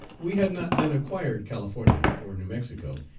we had not then acquired california or new mexico,